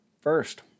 First